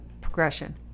progression